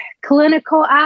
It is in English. clinical